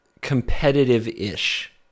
competitive-ish